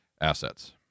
assets